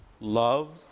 love